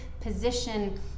position